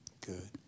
Good